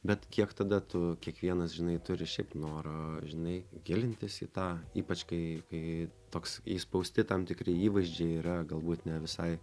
bet kiek tada tu kiekvienas žinai turi šiaip norą žinai gilintis į tą ypač kai kai toks įspausti tam tikri įvaizdžiai yra galbūt ne visai